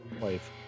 life